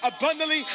abundantly